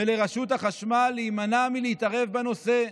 ולרשות החשמל להימנע מלהתערב בנושא,